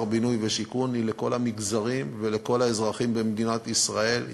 הבינוי והשיכון היא לכל המגזרים ולכל האזרחים במדינת ישראל,